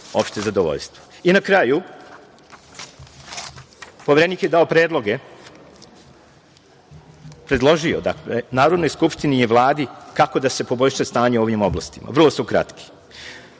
opšte zadovoljstvo. Na kraju, Poverenik je predložio Narodnoj skupštini i Vladi kako da se poboljša stanje u ovim oblastima. Vrlo su kratki.